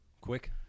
quick